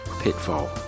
pitfall